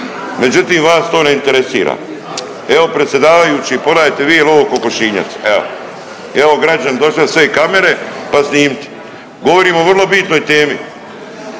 međutim vas to ne interesira. Evo predsjedavajući pogledajte vi jel ovo kokošinjac, evo. Evo građani, došle su sve kamere, pa snimite. Govorimo o vrlo bitnoj temi,